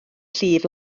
llif